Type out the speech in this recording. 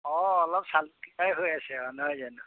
অঁ অলপ চালুকীয়াই হৈ আছে আৰু নহয় জানো